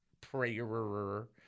prayer